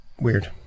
weird